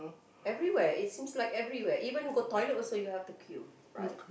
everywhere it seems like everywhere even go toilet also you have to queue right